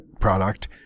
product